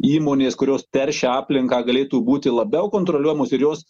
įmonės kurios teršia aplinką galėtų būti labiau kontroliuojamos ir jos